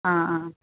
ആ ആ